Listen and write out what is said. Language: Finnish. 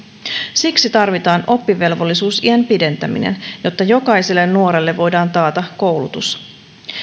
siksi tarvitaan oppivelvollisuusiän pidentäminen jotta jokaiselle nuorelle voidaan taata koulutus